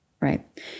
right